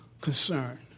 concern